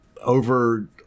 over